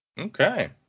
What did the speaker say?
Okay